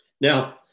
Now